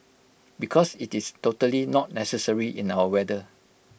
because IT is totally not necessary in our weather